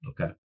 okay